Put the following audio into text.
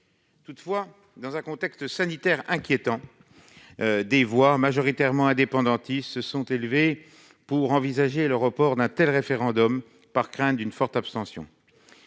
Toutefois, dans un contexte sanitaire inquiétant, des voix - majoritairement indépendantistes - se sont élevées pour envisager le report d'un tel référendum, par crainte d'une forte abstention.